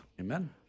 Amen